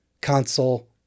console